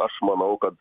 aš manau kad